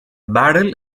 barrel